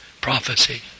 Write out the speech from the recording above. prophecy